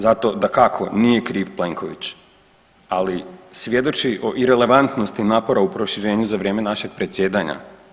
Zato dakako nije kriv Plenković, ali svjedoči o irelevantnosti napora u proširenju za vrijeme našeg predsjedanja.